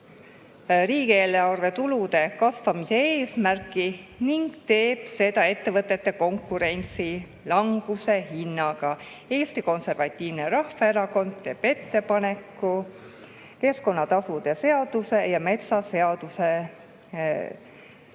riigieelarve tulude kasvamise eesmärki ning teeb seda ettevõtete konkurentsilanguse hinnaga. Eesti Konservatiivne Rahvaerakond teeb ettepaneku keskkonnatasude seaduse ja metsaseaduse muutmise